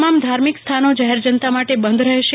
તમ મ ધ ર્મિક સ્થ નો જાહેરજનત મ ટે બંધ રહેશે